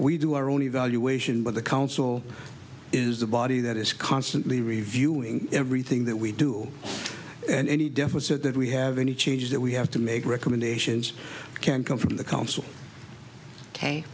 we do our own evaluation but the council is the body that is constantly reviewing everything that we do and any deficit that we have any changes that we have to make recommendations can come from the council